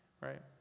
Right